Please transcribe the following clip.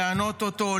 לענות אותו,